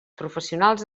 professionals